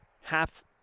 half